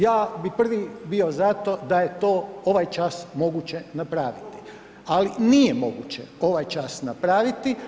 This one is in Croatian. Ja bi prvi bio za to da je to ovaj čas moguće napraviti, ali nije moguće ovaj čas napraviti.